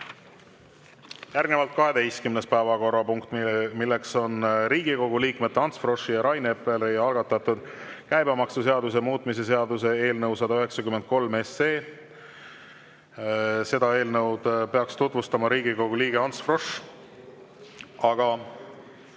Järgnevalt 12. päevakorrapunkt, Riigikogu liikmete Ants Froschi ja Rain Epleri algatatud käibemaksuseaduse muutmise seaduse eelnõu 193. Seda eelnõu peaks tutvustama Riigikogu liige Ants Frosch. Aga